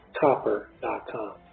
copper.com